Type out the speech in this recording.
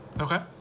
Okay